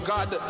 God